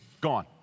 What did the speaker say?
gone